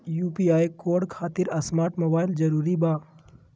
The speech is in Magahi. यू.पी.आई कोड खातिर स्मार्ट मोबाइल जरूरी बा?